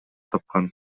тапкан